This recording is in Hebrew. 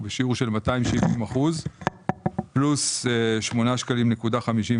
הוא בשיעור של 270 אחוזים פלוס 8.59 שקלים